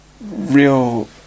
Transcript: real